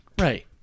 Right